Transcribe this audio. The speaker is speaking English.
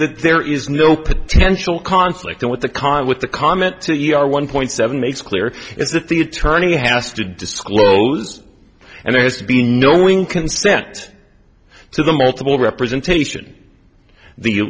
that there is no potential conflict in what the con with the comment to you are one point seven makes clear is that the attorney has to disclose and there has to be knowing consent to the multiple representation the